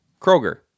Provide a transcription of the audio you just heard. Kroger